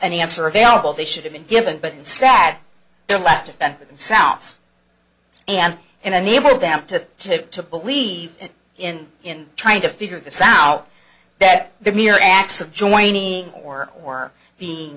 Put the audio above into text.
any answer available they should have been given but and sat there left to fend for themselves and in unable them to to to believe in in trying to figure this out that the mere acts of joining or or